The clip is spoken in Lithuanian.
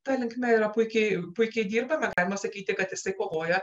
ta linkme yra puikiai puikiai dirbama galima sakyti kad jisai kovoja